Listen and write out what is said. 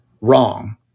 wrong